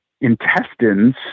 intestines